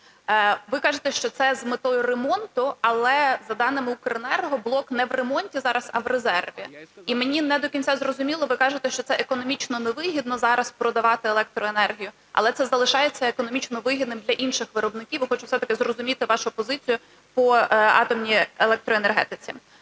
Ви кажете, що це з метою ремонту, але за даними "Укренерго" блок не в ремонті зараз, а в резерві. І мені не до кінця зрозуміло, ви кажете, що це економічно невигідно зараз продавати електроенергію. Але це залишається економічно вигідним для інших виробників. І хочу все-таки зрозуміти вашу позицію по атомній електроенергетиці.